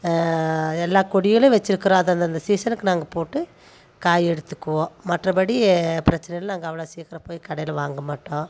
எல்லா கொடிகளும் வச்சுருக்குறோம் அத அந்தந்த சீசனுக்கு நாங்கள் போட்டு காய் எடுத்துக்குவோம் மற்றபடி பிரச்சினையில்லை நாங்கள் அவளோ சீக்கிரம் போய் கடையில் வாங்கமாட்டோம்